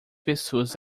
pessoas